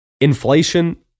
Inflation